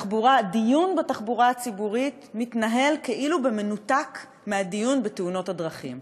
הדיון בתחבורה הציבורית מתנהל כאילו במנותק מהדיון בתאונות הדרכים,